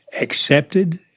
accepted